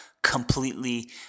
completely